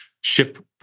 ship